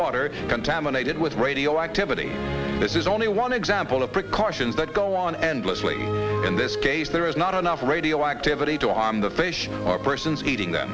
water contaminated with radioactivity this is only one example of precautions that go on endlessly in this case there is not enough radioactivity to harm the fish or persons eating them